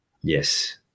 Yes